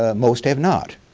ah most have not.